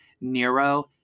Nero